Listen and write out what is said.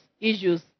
issues